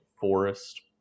Forest